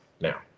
now